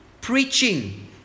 Preaching